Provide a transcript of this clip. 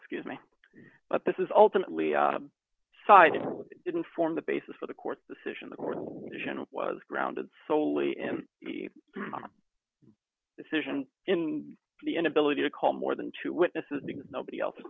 give me but this is ultimately a side didn't form the basis for the court decision that was grounded soley in the decision in the inability to call more than two witnesses because nobody else